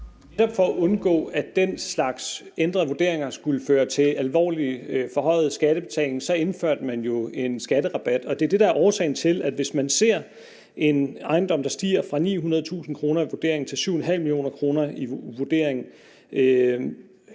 for at undgå, at den slags ændrede vurderinger skulle føre til alvorlig forhøjede skattebetalinger, indførte man jo en skatterabat. Hvis man ser en ejendom, der stiger fra 900.000 kr. i vurdering til 7,5 mio. kr. i vurdering,